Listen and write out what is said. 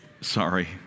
Sorry